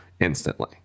instantly